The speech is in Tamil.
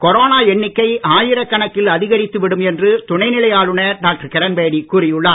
கொரோனா எண்ணிக்கை ஜுலையில் அதிகரித்து விடும் என்று துணைநிலை ஆளுநர் டாக்டர் கிரண்பேடி கூறியுள்ளார்